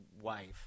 wife